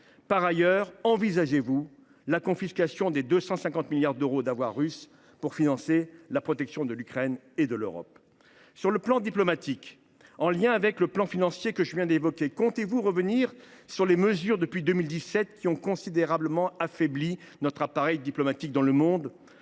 par ailleurs la confiscation des 250 milliards d’euros d’avoirs russes pour financer la protection de l’Ukraine et de l’Europe ? Sur le plan diplomatique, en lien avec le plan financier que je viens d’évoquer, comptez vous revenir sur les mesures qui, depuis 2017, ont considérablement affaibli notre appareil diplomatique dans le monde ?